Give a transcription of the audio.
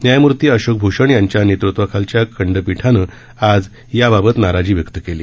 न्यायमूर्ती अशोक भूषण यांच्या नेतृत्वाखालच्या खंडपीठानं आज याबाबत नाराजी व्यक्त केली